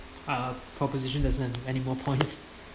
uh proposition that's then any more points